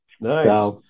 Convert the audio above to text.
Nice